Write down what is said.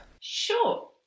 Sure